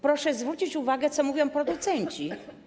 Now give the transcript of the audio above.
Proszę zwrócić uwagę, co mówią producenci.